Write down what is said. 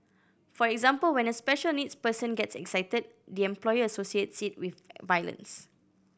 for example when a special needs person gets excited the employer associates it with violence